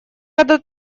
рада